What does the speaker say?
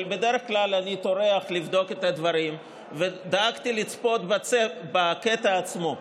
אבל בדרך כלל אני טורח לבדוק את הדברים ודאגתי לצפות בקטע עצמו.